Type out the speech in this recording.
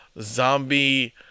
Zombie